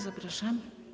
Zapraszam.